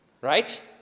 right